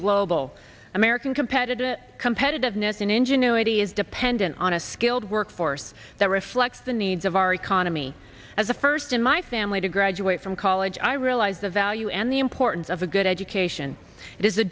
global american competitive competitiveness and ingenuity is dependent on a skilled workforce that reflects the needs of our economy as a first in my family to graduate from college i realize the value and the importance of a good education